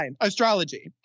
astrology